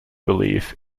believe